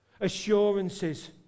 Assurances